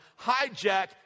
hijack